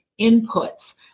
inputs